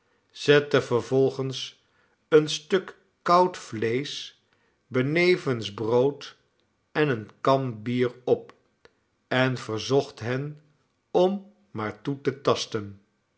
zette vervolgens een stuk koud vleesch benevens brood en eene kan bier op en verzocht hen om maar toe te tasten